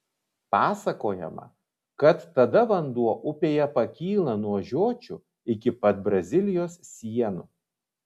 pasakojama kad tada vanduo upėje pakyla nuo žiočių iki pat brazilijos sienų